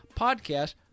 podcast